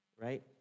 right